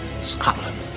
Scotland